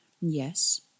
Yes